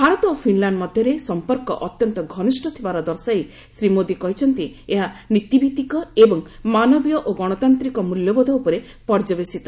ଭାରତ ଓ ଫିନ୍ଲାଶ୍ଡ ମଧ୍ୟରେ ସମ୍ପର୍କ ଅତ୍ୟନ୍ତ ଘନିଷ୍ଠ ଥିବାର ଦର୍ଶାଇ ଶ୍ରୀ ମୋଦୀ କହିଛନ୍ତି ଏହା ନୀତିଭିତ୍ତିକ ଏବଂ ମାନବୀୟ ଓ ଗଣତାନ୍ତ୍ରିକ ମ୍ବଲ୍ୟବୋଧ ଉପରେ ପର୍ଯ୍ୟବେସିତ